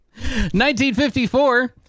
1954